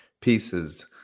pieces